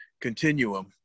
continuum